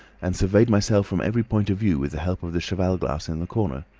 and surveyed myself from every point of view with the help of the cheval glass in the corner.